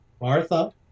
Martha